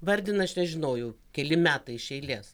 vardina aš nežinojau keli metai iš eilės